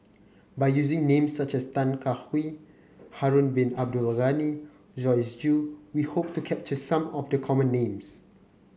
by using names such as Tan Kah Kee Harun Bin Abdul Ghani Joyce Jue we hope to capture some of the common names